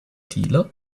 dealer